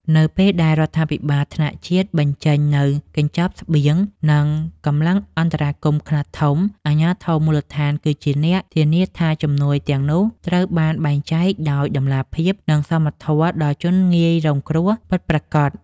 នៅពេលដែលរដ្ឋាភិបាលថ្នាក់ជាតិបញ្ចេញនូវកញ្ចប់ស្បៀង និងកម្លាំងអន្តរាគមន៍ខ្នាតធំ អាជ្ញាធរមូលដ្ឋានគឺជាអ្នកធានាថាជំនួយទាំងនោះត្រូវបានបែងចែកដោយតម្លាភាព និងសមធម៌ដល់ជនងាយរងគ្រោះពិតប្រាកដ។